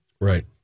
right